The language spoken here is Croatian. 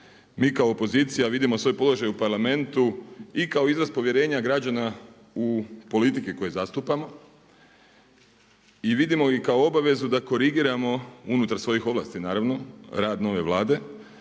Mi kao opozicija vidimo svoj položaj u Parlamentu i kao izraz povjerenja građana u politike koje zastupamo i vidimo i kao obvezu da korigiramo, unutar svojih ovlasti naravno, rad nove Vlade.